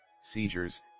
seizures